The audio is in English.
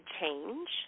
change